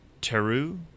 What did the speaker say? teru